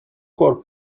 core